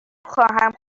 خواهم